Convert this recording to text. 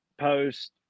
post